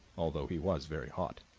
although he was very hot.